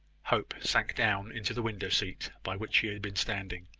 hope sank down into the window-seat by which he had been standing.